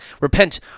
repent